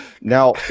Now